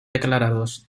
declarados